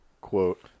quote